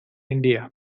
india